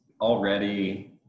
already